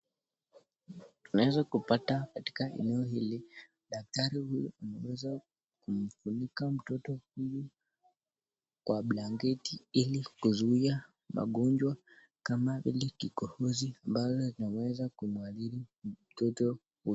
Tunaweza kupata katika eneo hili daktari huyu ameweza kumfunika mtoto huyu kwa blanketi hili kuzuia magonjwa kama vile kikohozi yale yanaweza kumuadhiri mtoto huyo.